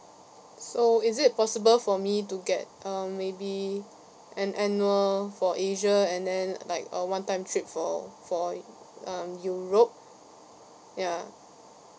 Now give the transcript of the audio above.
so is it possible for me to get uh maybe an annual for asia and then like a one time trip for for um europe ya